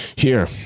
Here